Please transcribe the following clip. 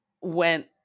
went